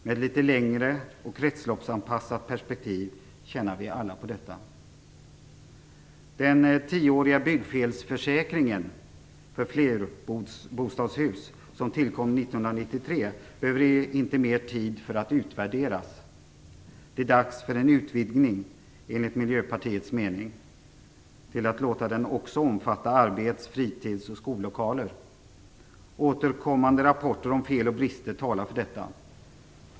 I ett litet längre och kretsloppsanpassat perspektiv tjänar vi alla på detta. Det behövs inte mer tid för att utvärdera den tioåriga byggfelsförsäkringen för flerbostadshus som tillkom år 1993. Det är enligt Miljöpartiets mening dags för en utvidgning till att låta den omfatta också arbets-, fritids och skollokaler. Återkommande rapporter om fel och brister talar för detta.